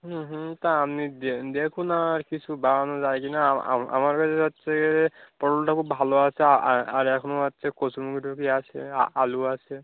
হুম হুম তা আপনি দেখুন আর কিছু বাড়ানো যায় কি না আমার কাছে যাচ্ছে পটলটা খুব ভালো আছে আর এখন আছে কচুর লতি টতি আছে আলু আছে